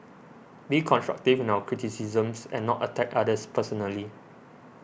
be constructive in our criticisms and not attack others personally